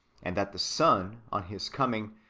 and that the son, on his coming,